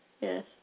yes